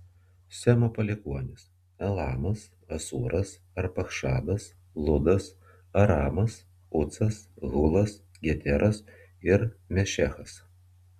semo palikuonys elamas asūras arpachšadas ludas aramas ucas hulas geteras ir mešechas